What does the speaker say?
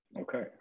Okay